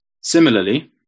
Similarly